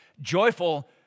joyful